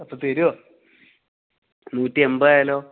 അപ്പോൾ തരുവോ നൂറ്റിയന്പതായാല്ലോ